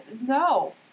No